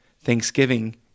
Thanksgiving